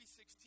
16